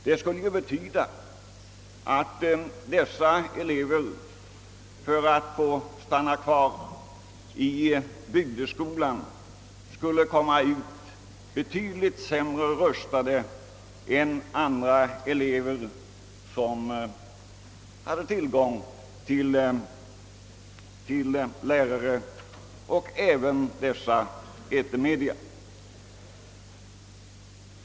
Det skulle betyda att dessa elever, om de stannade kvar i bygdeskolan, skulle komma ut betydligt sämre rustade än andra elever som hade haft tillgång till både lärare och dessa etermedia.